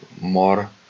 more